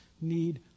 need